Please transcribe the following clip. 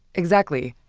exactly.